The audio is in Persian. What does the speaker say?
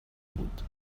بود